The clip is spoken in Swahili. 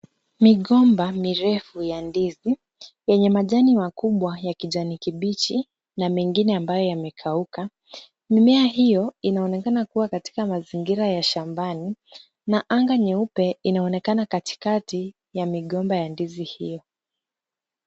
Migomba mirefu ya ndizi yenye majani makubwa ya kijani kibichi na mengine ambayo yamekauka. Mmea hiyo inaonekana kuwa katika mazingira ya shambani na anga nyeupe inaonekana katikati ya migomba ya ndizi hiyo.